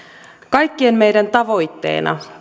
kaikkien meidän tavoitteena